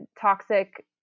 toxic